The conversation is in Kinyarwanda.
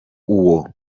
uwo